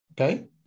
Okay